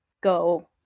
go